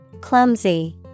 Clumsy